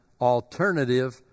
alternative